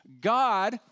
God